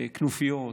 כנופיות,